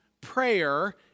prayer